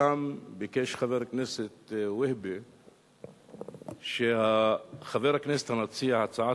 שם ביקש חבר הכנסת והבה שחבר הכנסת המציע הצעת